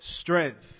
strength